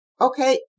okay